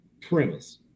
Premise